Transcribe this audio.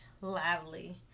lively